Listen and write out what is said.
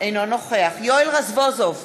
אינו נוכח יואל רזבוזוב,